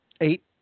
Eight